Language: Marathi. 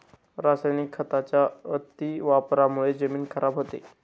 रासायनिक खतांच्या अतिवापरामुळे जमीन खराब होते